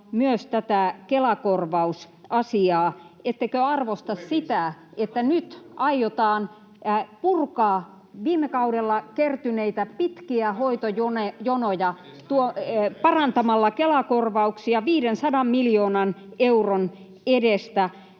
myös tätä Kela-korvausasiaa. Ettekö arvosta sitä, että nyt aiotaan purkaa viime kaudella kertyneitä pitkiä hoitojonoja parantamalla Kela-korvauksia 500 miljoonan euron edestä?